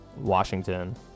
Washington